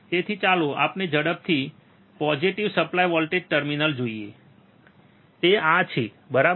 તેથી ચાલો આપણે ઝડપથી પોઝિટીવ સપ્લાય વોલ્ટેજ ટર્મિનલ જોઈએ તે આ છે બરાબર